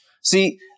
See